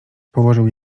położył